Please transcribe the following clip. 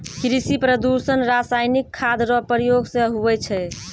कृषि प्रदूषण रसायनिक खाद रो प्रयोग से हुवै छै